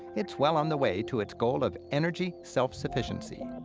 it's well on the way to its goal of energy self-sufficiency.